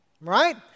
right